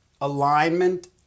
alignment